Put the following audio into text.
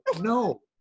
no